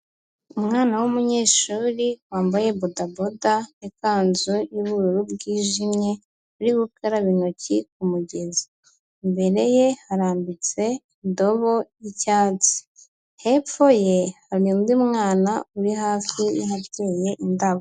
Umwana w'umunyeshuri, wambaye bodaboda, n'ikanzu y'ubururu bwijimye, uri gukaraba intoki ku mugezi. Imbere ye harambitse indobo y'icyatsi. Hepfo ye hari undi mwana uri hafi y'ahateye indabo.